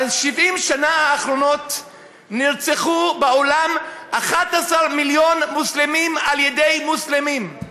ב-70 השנים האחרונות נרצחו בעולם 11 מיליון מוסלמים על-ידי מוסלמים.